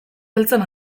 beltzon